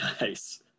Nice